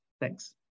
Thanks